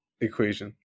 equation